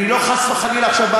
אני לא חס וחלילה בא עכשיו,